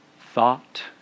thought